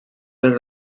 dels